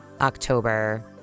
October